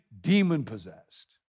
demon-possessed